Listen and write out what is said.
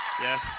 Yes